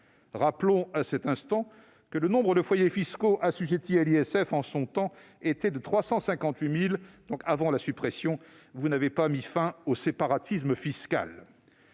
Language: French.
Rappelons, à cet instant, que le nombre de foyers fiscaux assujettis à l'ISF, en son temps, était de 358 000. Vous n'avez pas mis fin au séparatisme fiscal